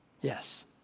Yes